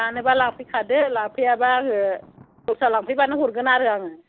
लानोबा लाफैखादो लाफैयाबा आङो दस्रा लांफैबानो हरगोन आरो आङो